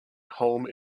home